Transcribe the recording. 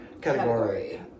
category